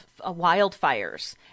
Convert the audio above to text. wildfires